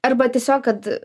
arba tiesiog kad